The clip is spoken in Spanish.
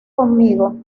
conmigo